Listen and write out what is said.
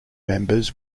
members